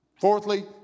Fourthly